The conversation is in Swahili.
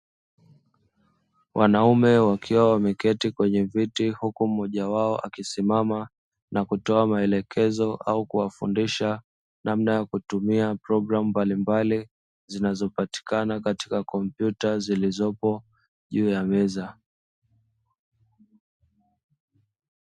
Wanaume wakiwa wameketi kwenye viti huku mmoja wao akisimama na kutoa maelekezo au kuwafundisha namna ya kutumia programu mbalimbali zinazopatikana katika kompyuta zilizopo juu ya meza.